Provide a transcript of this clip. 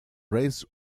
raised